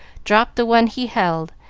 dropped the one he held,